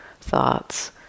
thoughts